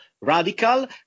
Radical